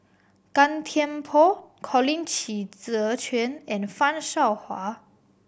Gan Thiam Poh Colin Qi Zhe Quan and Fan Shao Hua